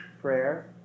Prayer